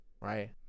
right